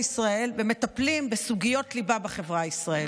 ישראל ומטפלים בסוגיות ליבה בחברה הישראלית,